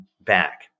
back